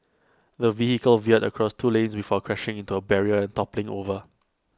the vehicle veered across two lanes before crashing into A barrier and toppling over